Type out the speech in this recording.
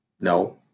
No